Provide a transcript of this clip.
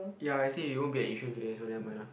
ya he say he won't be at Yishun today so nevermind lah